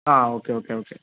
ആ okay okay okay